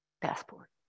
passport